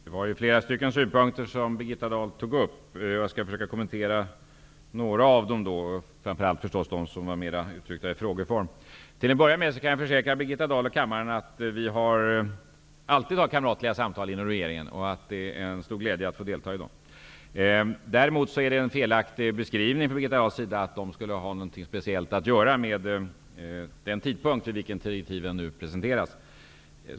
Fru talman! Det var många synpunkter Birgitta Dahl tog upp. Jag skall försöka att kommentera några av dessa, och då framför allt de som var uttryckta i frågeform. Till att börja med kan jag försäkra Birgitta Dahl och kammaren att vi alltid för kamratliga samtal inom regeringen och att det är en stor glädje att få delta i dem. Däremot är det en felaktig beskrivning från Birgitta Dahls sida att de skulle ha något speciellt att göra med den tidpunkt för vilken direktiven nu presenteras.